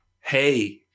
Hey